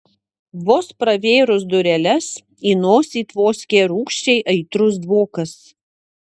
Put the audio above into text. vos pravėrus dureles į nosį tvoskė rūgščiai aitrus dvokas